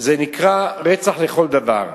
זה נקרא רצח לכל דבר.